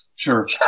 Sure